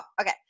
okay